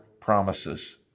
promises